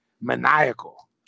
maniacal